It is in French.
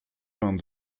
vingt